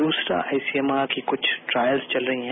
दूसरा आईसीएमआर की कृछ ट्रायल्स चल रही हैं